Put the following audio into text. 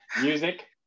music